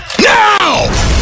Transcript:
Now